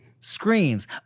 screams